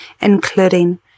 including